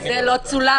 במקרה הזה לא צולם,